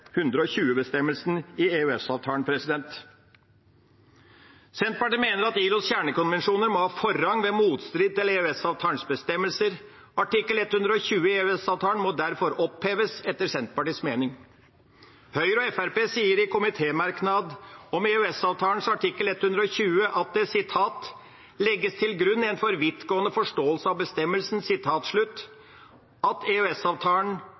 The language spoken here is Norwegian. bestemmelser. Artikkel 120 i EØS-avtalen må derfor oppheves etter Senterpartiets mening. Høyre og Fremskrittspartiet sier i komitémerknad om EØS-avtalens artikkel 120 at det legges til grunn en «for vidtgående forståelse av bestemmelsen», altså at